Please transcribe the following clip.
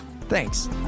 Thanks